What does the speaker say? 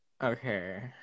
okay